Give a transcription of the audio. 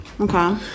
Okay